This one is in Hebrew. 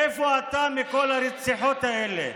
איפה אתה בכל הרציחות האלה?